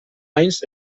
anys